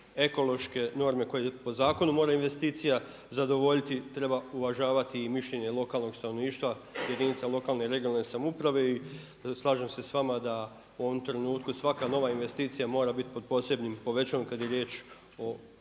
ekološke norme koje po zakonu moraju investicija zadovoljiti, treba uvažavati i mišljenje lokalnog stanovništva jedinica lokalne i regionalne samouprave i slažem se s vama u ovom trenutku svaka nova investicija mora biti pod posebnim povećalom kad je riječ o